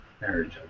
Marriage